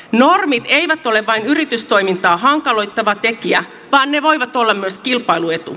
normit eivät ole vain yritystoimintaa hankaloittava tekijä vaan ne voivat olla myös kilpailuetu